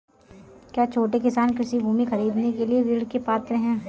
क्या छोटे किसान कृषि भूमि खरीदने के लिए ऋण के पात्र हैं?